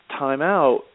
timeout